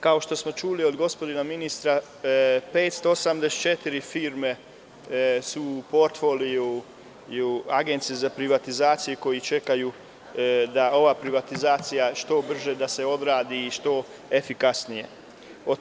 Kao što smo čuli od gospodina ministra, 584 firme su portfoliju, u Agenciji za privatizaciju, koje čekaju da ova privatizacija što brže i što efikasnije odradi.